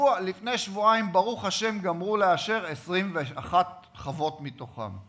לפני שבועיים, ברוך השם, גמרו לאשר 21 חוות מתוכן.